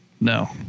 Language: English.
no